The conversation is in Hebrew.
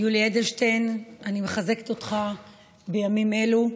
יולי אדלשטיין, אני מחזקת אותך בימים אלו.